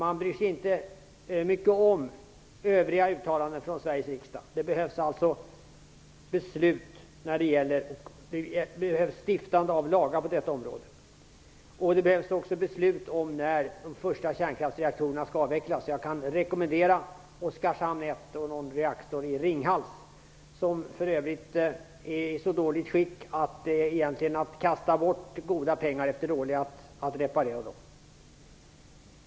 De bryr sig inte så mycket om övriga uttalanden från Sveriges riksdag. Det behövs stiftande av lagar på detta område. Det behövs också beslut om när de första kärnkraftsreaktorerna skall avvecklas. Jag kan rekommendera att man börjar med Oskarshamn 1 och någon av reaktorerna i Ringhals. De är för övrigt i så dåligt skick att det egentligen är att kasta bort goda pengar efter dåliga att reparera dem.